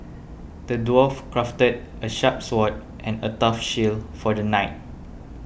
the dwarf crafted a sharp sword and a tough shield for the knight